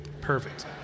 Perfect